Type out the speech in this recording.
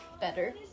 better